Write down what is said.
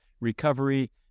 recovery